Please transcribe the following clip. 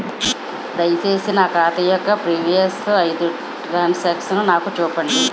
దయచేసి నా ఖాతా యొక్క ప్రీవియస్ ఐదు ట్రాన్ సాంక్షన్ నాకు చూపండి